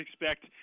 expect